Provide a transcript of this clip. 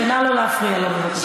נא לא להפריע לו לדבר.